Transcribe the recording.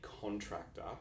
contractor